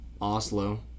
Oslo